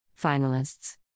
Finalists